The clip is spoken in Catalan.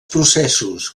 processos